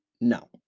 No